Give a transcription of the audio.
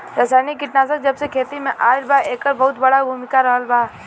रासायनिक कीटनाशक जबसे खेती में आईल बा येकर बहुत बड़ा भूमिका रहलबा